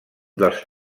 dels